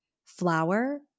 Flower